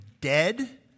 dead